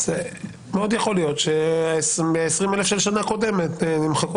זה מאוד יכול להיות שמ-20,000 של שנה קודמת נמחקות